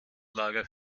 lager